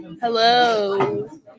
Hello